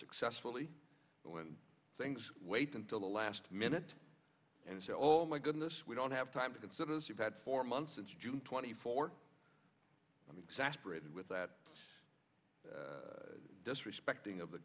successfully when things wait until the last minute and say oh my goodness we don't have time to consider this you've got four months since june twenty fourth i'm exasperated with that disrespecting of the